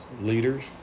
leaders